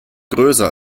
größer